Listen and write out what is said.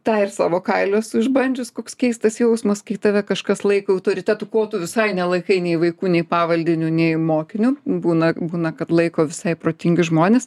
tą ir savo kailiu esu išbandžius koks keistas jausmas kai tave kažkas laiko autoritetu ko tu visai nelaikai nei vaiku nei pavaldiniu nei mokiniu būna būna kad laiko visai protingi žmonės